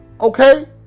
Okay